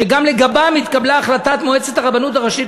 שגם לגביהם התקבלה החלטת מועצת הרבנות הראשית